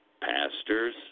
pastors